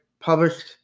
published